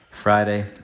friday